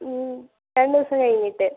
രണ്ടു ദിവസം കഴിഞ്ഞിട്ട്